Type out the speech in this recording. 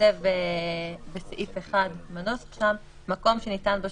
שייכתב בסעיף (1) בנוסח שם: מקום שניתן בו